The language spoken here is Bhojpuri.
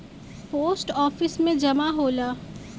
पोस्ट आफिस में जमा होला